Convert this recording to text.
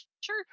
sure